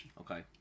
Okay